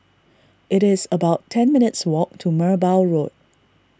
it is about ten minutes' walk to Merbau Road